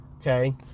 Okay